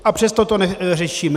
A přesto to neřešíme.